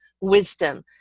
wisdom